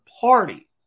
party